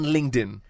LinkedIn